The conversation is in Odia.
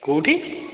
କେଉଁଠି